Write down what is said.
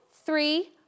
three